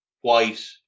White